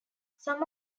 some